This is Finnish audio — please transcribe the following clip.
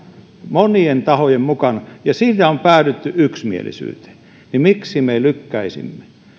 monien tahojen mukaan ja siinä on päädytty yksimielisyyteen niin miksi me lykkäisimme